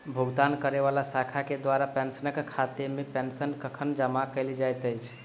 भुगतान करै वला शाखा केँ द्वारा पेंशनरक खातामे पेंशन कखन जमा कैल जाइत अछि